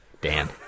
Dan